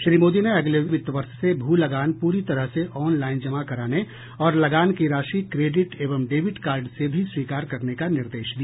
श्री मोदी ने अगले वित्त वर्ष से भू लगान पूरी तरह से ऑनलाइन जमा कराने और लगान की राशि क्रेडिट एवं डेबिट कार्ड से भी स्वीकार करने का निर्देश दिया